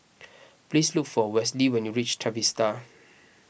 please look for Westley when you reach Trevista